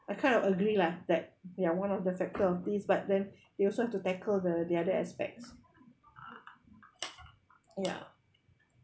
I kind of agree lah that they are one of the these but then you also have to tackle the the other aspects ya